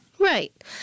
Right